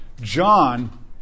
John